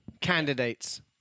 Candidates